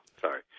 sorry